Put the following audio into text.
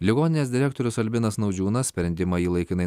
ligoninės direktorius albinas naudžiūnas sprendimą jį laikinai